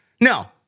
No